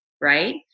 Right